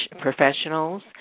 professionals